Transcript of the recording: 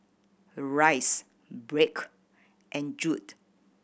Rice Blake and Jude